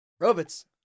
Robots